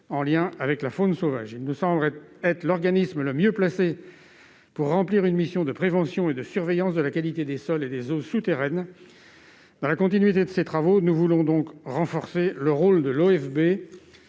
en lien avec la faune sauvage. Cet organisme nous semble le mieux placé pour remplir une mission de prévention et de surveillance de la qualité des sols et des eaux souterraines. Dans la continuité de ces travaux, nous voulons donc renforcer le rôle de l'OFB